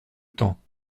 temps